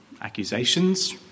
accusations